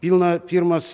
pilna pirmas